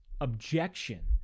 objection